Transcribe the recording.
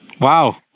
Wow